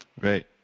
Right